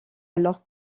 alors